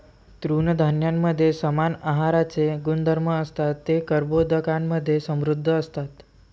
तृणधान्यांमध्ये समान आहाराचे गुणधर्म असतात, ते कर्बोदकांमधे समृद्ध असतात